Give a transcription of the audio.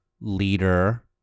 leader